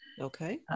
okay